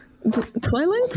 twilight